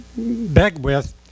Begwith